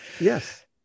Yes